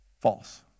false